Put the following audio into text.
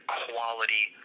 quality